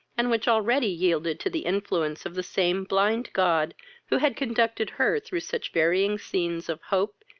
and which already yielded to the influence of the same blind god who had conducted her through such varying scenes of hope,